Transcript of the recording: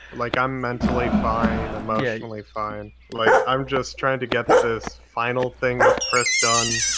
like, i'm mentally fine, emotionally fine. like, i'm just trying to get this final thing with chris done,